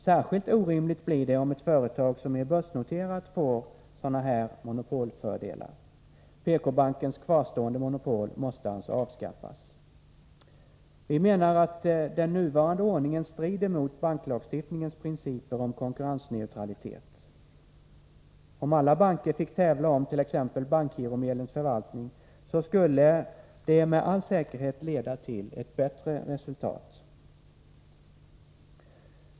Särskilt orimligt blir det om ett företag som är börsnoterat får sådana här monopolfördelar. PK-bankens kvarstående monopol måste alltså avskaffas. Vi menar att den nuvarande ordningen strider mot banklagstiftningens principer om konkurrensneutralitet. Om alla banker fick tävla om t.ex. bankgiromedlens förvaltning, skulle det med all säkerhet leda till ett bättre resultat.